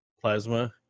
Plasma